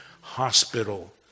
hospital